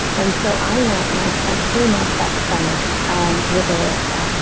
and so i went and i spent three months that someone with a